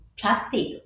plastic